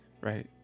right